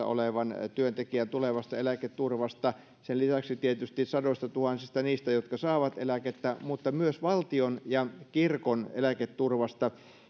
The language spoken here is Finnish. olevan kunnallisen työntekijän tulevasta eläketurvasta ja sen lisäksi tietysti sadoistatuhansista niistä jotka saavat eläkettä mutta myös valtion ja kirkon eläketurvasta